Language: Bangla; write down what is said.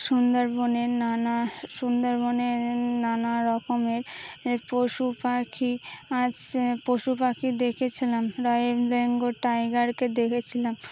সুন্দরবনের নানা সুন্দরবনের নানা রকমের পশু পাখি আজ পশু পাখি দেখেছিলাম রয়্যাল বেঙ্গল টাইগারকে দেখেছিলাম